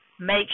Make